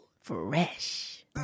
Fresh